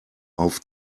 auf